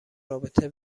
رابطه